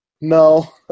No